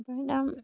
बेखायनो दा